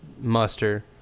muster